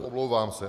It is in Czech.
Omlouvám se.